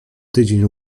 tydzień